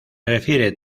refiere